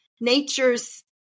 nature's